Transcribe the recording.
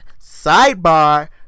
sidebar